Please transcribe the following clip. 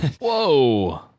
Whoa